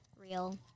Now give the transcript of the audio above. real